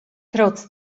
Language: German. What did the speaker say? trotz